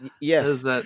Yes